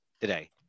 today